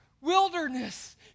Wilderness